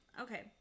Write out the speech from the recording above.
Okay